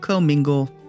Mingle